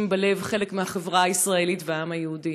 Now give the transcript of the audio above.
בלב חלק מהחברה הישראלית והעם היהודי.